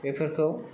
बेफोरखौ